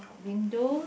window